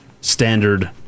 standard